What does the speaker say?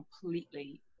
completely